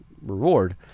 reward